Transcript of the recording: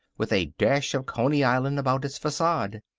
with a dash of coney island about its facade.